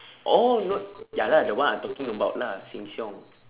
oh no ya lah the one I talking about lah sheng-siong